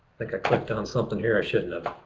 like i clicked on something here i shouldn't have.